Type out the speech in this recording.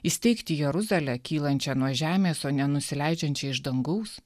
įsteigti jeruzalę kylančią nuo žemės o nenusileidžiančią iš dangaus